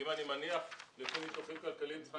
אני מניח לפי ניתוחים כלכליים צריכה